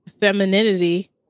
femininity